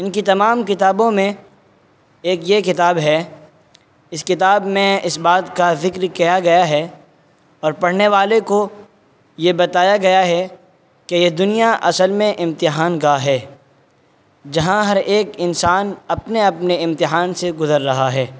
ان کی تمام کتابوں میں ایک یہ کتاب ہے اس کتاب میں اس بات کا ذکر کیا گیا ہے اور پڑھنے والے کو یہ بتایا گیا ہے کہ یہ دنیا اصل میں امتحان گاہ ہے جہاں ہر ایک انسان اپنے اپنے امتحان سے گزر رہا ہے